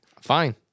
Fine